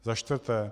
Za čtvrté.